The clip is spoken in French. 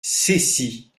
cessy